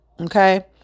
okay